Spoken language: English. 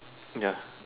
ya